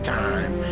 time